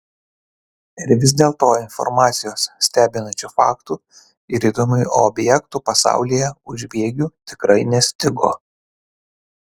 ir vis dėlto informacijos stebinančių faktų ir įdomių objektų pasaulyje už bėgių tikrai nestigo